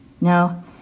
No